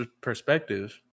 perspective